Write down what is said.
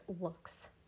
looks